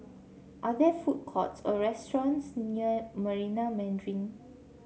are there food courts or restaurants near Marina Mandarin